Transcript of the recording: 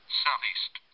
southeast